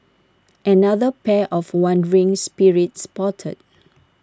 another pair of wandering spirits spotted